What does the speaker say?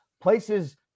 places –